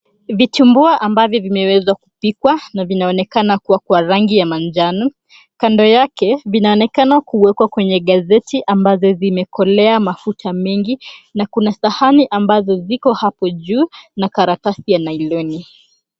Vitumbua ambavyo vimeweza kupikwa na vinaonekana kuwa kwa rangi ya manjano. Kando yake vinaonekana kuwekwa kwa gazeti ambazo zimekolea mafuta mengi na kuna sahani ambazo ziko hapo juu na karatasi ya nailoni.